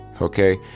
Okay